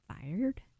fired